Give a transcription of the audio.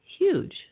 Huge